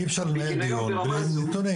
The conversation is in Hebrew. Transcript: אי אפשר לנהל דיון ללא דיונים.